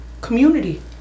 community